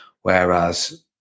Whereas